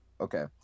Okay